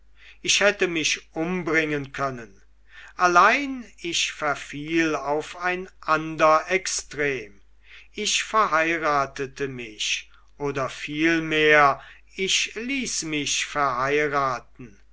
ich hätte mich umbringen können allein ich verfiel auf ein extrem ich verheiratete mich oder vielmehr ich ließ mich verheiraten